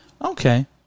Okay